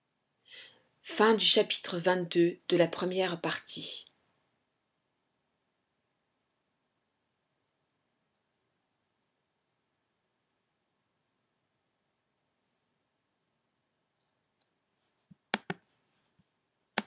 fin de la première partie